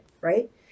right